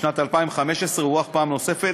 ובשנת 2015 הוארך פעם נוספת